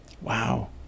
Wow